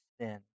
sin